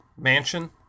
mansion